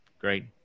Great